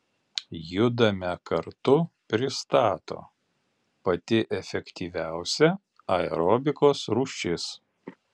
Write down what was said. judame kartu pristato pati efektyviausia aerobikos rūšis